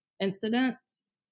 incidents